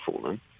fallen